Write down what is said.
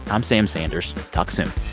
i'm sam sanders talk soon